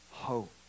hope